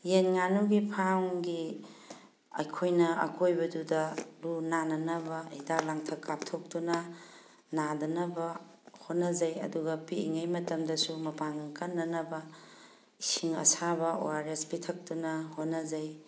ꯌꯦꯟ ꯉꯥꯅꯨꯒꯤ ꯐꯥꯝꯒꯤ ꯑꯩꯈꯣꯏꯅ ꯑꯀꯣꯏꯕꯗꯨꯗ ꯂꯨ ꯅꯥꯟꯅꯅꯕ ꯍꯤꯗꯥꯛ ꯂꯥꯡꯊꯛ ꯀꯥꯞꯊꯣꯛꯇꯨꯅ ꯅꯥꯗꯅꯕ ꯍꯣꯠꯅꯖꯩ ꯑꯗꯨꯒ ꯄꯤꯛꯏꯉꯩ ꯃꯇꯝꯗꯁꯨ ꯃꯄꯥꯡꯒꯜ ꯀꯟꯅꯅꯕ ꯏꯁꯤꯡ ꯑꯁꯥꯕ ꯑꯣ ꯑꯥꯔ ꯑꯦꯁ ꯄꯤꯊꯛꯇꯨꯅ ꯍꯣꯠꯅꯖꯩ